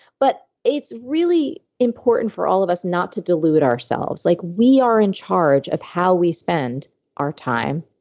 but it's really important for all of us not to dilute ourselves. like we are in charge of how we spend our time,